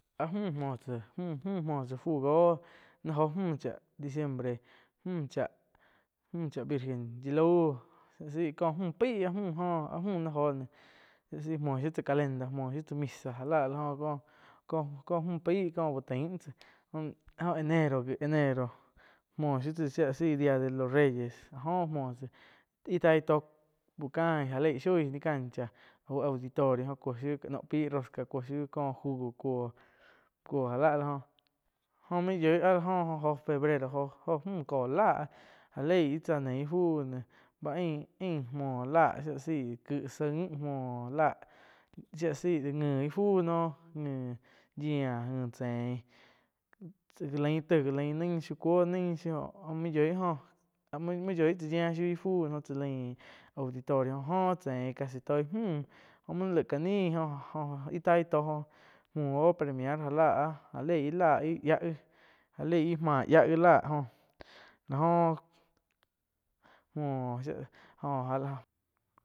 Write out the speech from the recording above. Áh mü muoh tsá mü, mü mouh tsá fu góo nain óh müh chá diciembre, mü cháh virgen yi lauh éh seih có mü pai, joh áh mü naih oh shía la zaih muo shiu tsáh calenda, muoh shiu tsá misa já láh áh la joh có mü, có-có mü paí íh taim mhuo tsá joh enero-enero muoh shiu tsá shía la zaíh dia de los reyes ah joh muoh tsá íh taih tóh úh cain ja léh shoi ni cancha au auditorio jo tís shiu cá noh pai rosca cuoh shiu có jugo. cuo-cuo jáh lá áh la joh jóh main yoih áh la jho oh febrero joh-joh kó láh já lei íh tsáh nein íh fu bá ain-ain muoh láh shái la záih kih zain muo láh shía zaí nji íh fuu noh nji yíah nji chein. Ga lain taih ga lain nain zhiu cuo nain zhiu, jóh main yoih óh, main yoih tsá yiah shíu íh jóh chá lain auditorio joh chein casi toi müh jo main laig ka ni oh íh tai tóh jo muoh premiar já láh, já leih íh lá ih yia gi láh joh lá oh muoh jóh.